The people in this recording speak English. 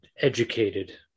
educated